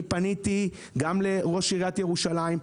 אני פניתי גם לראש עירית ירושלים,